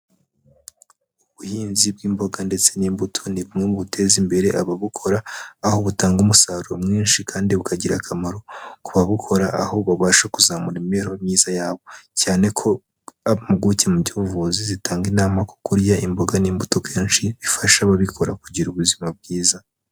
Ubuhinzi bw'imboga ndetse n'imbuto ni bumwe mu buteza imbere ababukora, aho butanga umusaruro mwinshi kandi bukagira akamaro ku babukora, aho babasha kuzamura imibereho myiza yabo. Cyane ko impuguke mu by'ubuvuzi zitanga inama ko kurya imboga n'imbuto kenshi bifasha ababikora kugira ubuzima bwiza.